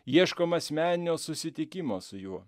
ieškom asmeninio susitikimo su juo